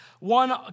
One